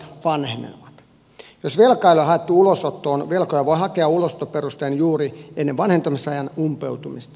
jos velkaa ei ole haettu ulosottoon velkoja voi hakea ulosottoperusteen juuri ennen vanhentumisajan umpeutumista